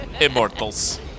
Immortals